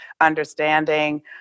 understanding